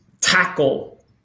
tackle